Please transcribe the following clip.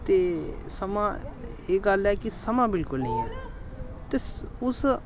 ते समां एह् गल्ल ऐ कि समां बिलकुल निं ऐ ते उस